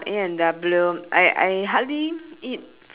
A&W I I hardly eat